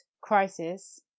crisis